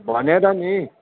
भनेर नि